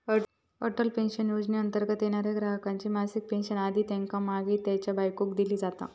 Atal pension योजनेंतर्गत येणाऱ्या ग्राहकाची मासिक पेन्शन आधी त्येका मागे त्येच्या बायकोक दिली जाता